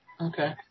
Okay